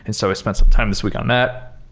and so i spent some time this week on that.